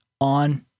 on